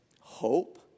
hope